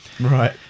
Right